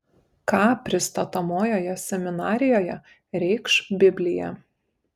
ką pristatomoje seminarijoje reikš biblija